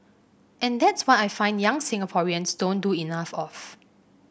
and that's what I find young Singaporeans don't do enough of